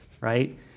right